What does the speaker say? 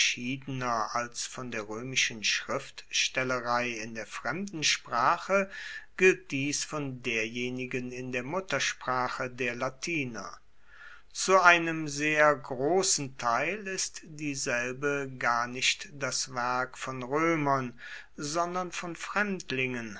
als von der roemischen schriftstellerei in der fremden sprache gilt dies von derjenigen in der muttersprache der latiner zu einem sehr grossen teil ist dieselbe gar nicht das werk von roemern sondern von fremdlingen